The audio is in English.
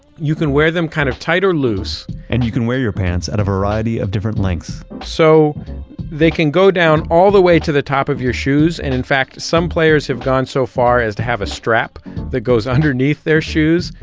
you can wear them kind of tight or loose and you can wear your pants at a variety of lengths so they can go down all the way to the top of your shoes, and in fact some players have gone so far as to have a strap that goes underneath their shoes,